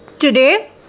Today